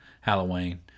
Halloween